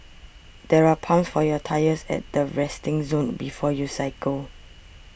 there are pumps for your tyres at the resting zone before you cycle